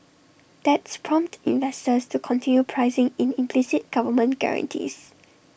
that's prompted investors to continue pricing in implicit government guarantees